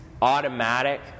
automatic